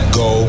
go